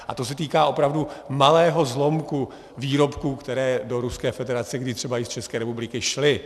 A to se týká opravdu malého zlomku výrobků, které do Ruské federace kdy třeba i z České republiky šly.